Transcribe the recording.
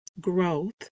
growth